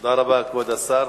תודה רבה, כבוד השר.